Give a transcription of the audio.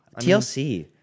TLC